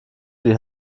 die